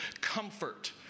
comfort